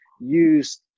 use